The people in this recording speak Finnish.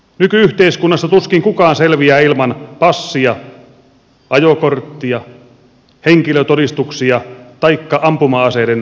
nyky yhteiskunnassa tuskin kukaan selviää ilman passia ajokorttia henkilötodistuksia taikka ampuma aseiden hallussapitolupia